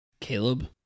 Caleb